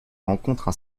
rencontrent